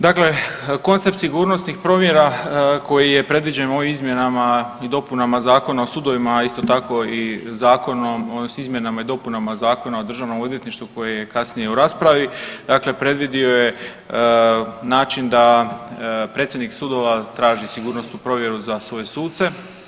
Dakle, koncept sigurnosnih provjera koji je predviđen ovim izmjenama i dopunama Zakona o sudovima, a isto tako i Zakonom o izmjenama i dopunama Zakona o Državnom odvjetništvu koje je kasnije u raspravi dakle, predvidio je način da predsjednik sudova traži sigurnosnu provjeru za svoje suce.